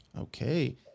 Okay